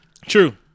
True